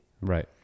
Right